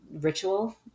Ritual